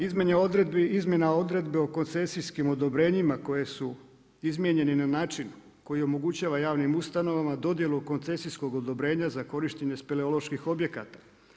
Izmjena odredbi o koncesijskim odobrenjima koje su izmijenjeni na način koji omogućava javnim ustanovama dodjelu koncesijskog odobrenja za korištenje speleoloških objekata.